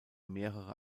mehrere